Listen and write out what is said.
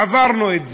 עברנו את זה.